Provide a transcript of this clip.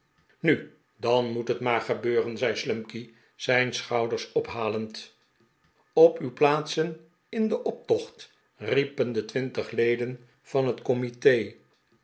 nu dan moet het maar gebeuren zei slumkey zijn schouders ophalend op uw plaatsen in den optocht riepen de twintig leden van het comite